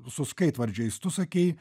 su skaitvardžiais tu sakei